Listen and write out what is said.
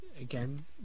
again